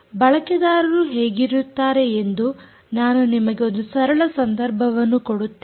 ಬಳಕೆದಾರರು ಹೇಗಿರುತ್ತಾರೆ ಎಂದು ನಾನು ನಿಮಗೆ ಒಂದು ಸರಳ ಸಂದರ್ಭವನ್ನು ಕೊಡುತ್ತೇನೆ